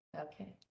Okay